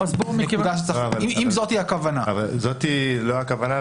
זאת לא הכוונה,